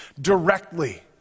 directly